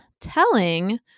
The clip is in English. telling